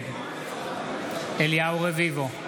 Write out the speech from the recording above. נגד אליהו רביבו,